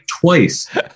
twice